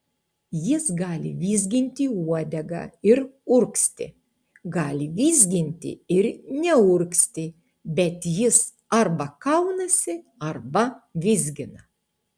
jis gali vizginti uodegą ir urgzti gali vizginti ir neurgzti bet jis arba kaunasi arba vizgina